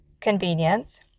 convenience